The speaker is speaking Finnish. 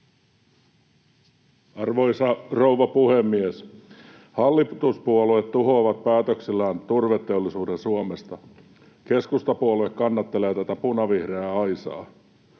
Arvoisa rouva puhemies! Hallituspuolueet tuhoavat päätöksellään turveteollisuuden Suomesta. Keskustapuolue kannattelee tätä punavihreää aisaa.